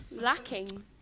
Lacking